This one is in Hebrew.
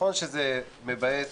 נכון שזה מבאס